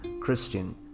Christian